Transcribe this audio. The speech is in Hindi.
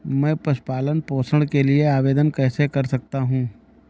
मैं पशु पालन पोषण के लिए आवेदन कैसे कर सकता हूँ?